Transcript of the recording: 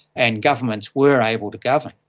and governments were able to govern.